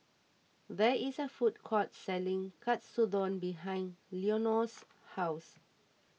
there is a food court selling Katsudon behind Leonor's house